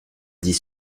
dit